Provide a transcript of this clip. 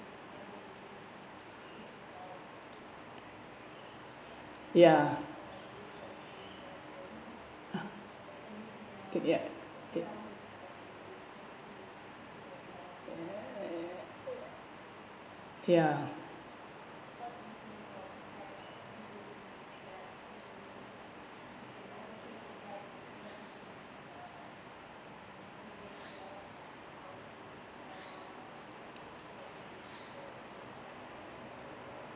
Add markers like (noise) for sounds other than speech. ya (noise) ya